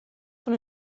van